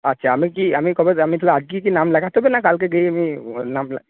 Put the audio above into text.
আচ্ছা আমি কি আমি কবে আমি তাহলে আজকেই কি নাম লেখাতে হবে না কালকে গিয়ে আমি নাম লেখা